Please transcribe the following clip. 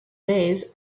bays